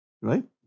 Right